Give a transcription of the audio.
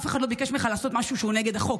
אף אחד לא ביקש ממך לעשות משהו שהוא נגד החוק.